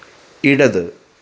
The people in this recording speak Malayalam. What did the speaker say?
ഇടത്